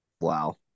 Wow